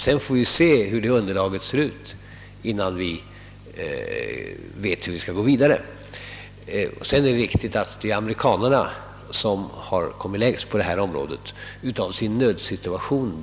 Vi får sedan se hur detta underlag ter sig innan vi går vidare. Det är vidare riktigt att det är amerikanerna som kommit längst på detta område, därtill tvungna av sin nödsituation.